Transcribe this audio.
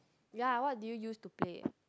yea what did you use to play